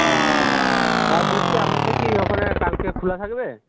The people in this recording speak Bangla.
আচ্ছা আর বলছি আপনাদের কি ওখানে কালকে খোলা থাকবে